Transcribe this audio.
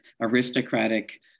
aristocratic